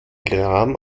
kram